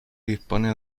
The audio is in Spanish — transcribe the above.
dispone